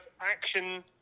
action